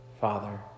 Father